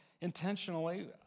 intentionally